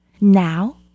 Now